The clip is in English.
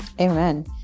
Amen